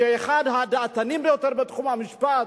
אחד הדעתנים ביותר בתחום המשפט,